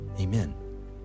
Amen